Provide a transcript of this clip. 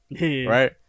Right